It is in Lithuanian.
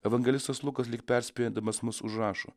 evangelistas lukas lyg perspėdamas mus užrašo